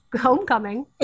homecoming